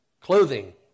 Clothing